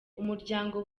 umuryango